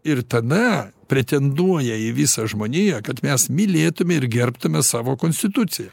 ir tada pretenduoja į visą žmoniją kad mes mylėtume ir gerbtume savo konstituciją